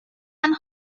and